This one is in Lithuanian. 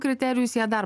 kriterijus ją dar